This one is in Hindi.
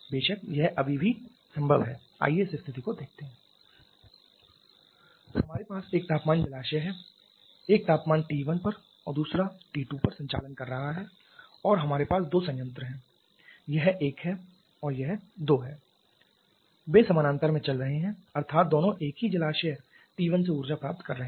बेशक यह अभी भी संभव है आइए इस स्थिति को देखते हैं हमारे पास एक तापमान जलाशय है एक तापमान T1 पर और दूसरा T2 पर संचालन कर रहा है और हमारे पास दो संयंत्र हैं यह 1 है और यह 2 है वे समानांतर में चल रहे हैं अर्थात दोनों एक ही जलाशय T1 से ऊर्जा प्राप्त कर रहे हैं